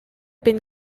been